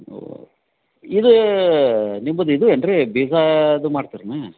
ಹೋ ಇದು ನಿಮ್ಮದು ಇದು ಏನು ರಿ ಬೀಜ ಅದು ಮಾಡ್ತೀರೇನು